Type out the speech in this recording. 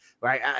Right